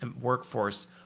workforce